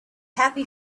happy